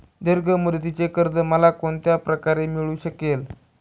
दीर्घ मुदतीचे कर्ज मला कोणत्या प्रकारे मिळू शकेल?